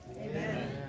Amen